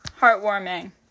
heartwarming